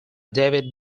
david